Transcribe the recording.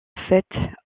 faites